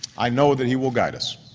i know that he will guide us.